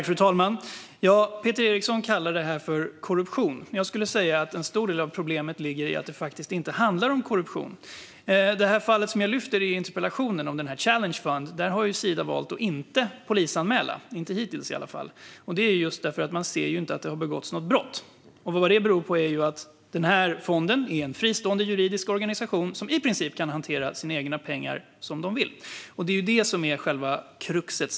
Fru talman! Peter Eriksson kallar det för korruption. Jag skulle dock vilja säga att en stor del av problemet ligger i att det faktiskt inte handlar om korruption. I det fall som jag tar upp i interpellationen, African Enterprise Challenge Fund, har Sida hittills valt att inte polisanmäla, och det är just därför att man inte kan se att det har begåtts något brott. Fonden är ju en fristående juridisk organisation som i princip kan hantera sina egna pengar som de vill. Det är själva kruxet.